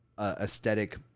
aesthetic